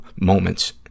moments